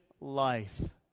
life